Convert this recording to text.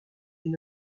dans